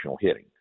hitting